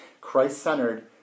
Christ-centered